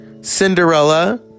Cinderella